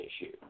issue